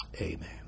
Amen